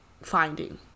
finding